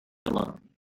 alone